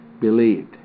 believed